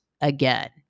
again